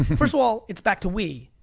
first of all, it's back to we.